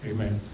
Amen